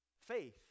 Faith